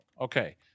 Okay